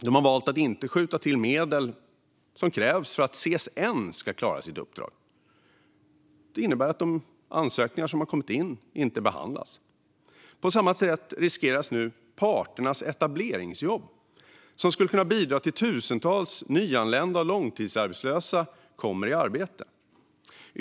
Man har valt att inte skjuta till de medel som krävs för att CSN ska klara sitt uppdrag, vilket innebär att de ansökningar som kommit in inte behandlas. På samma sätt riskeras parternas etableringsjobb, som skulle kunna bidra till att tusentals nyanlända och långtidsarbetslösa kommer i arbete.